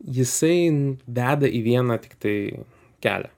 jisai veda į vieną tiktai kelią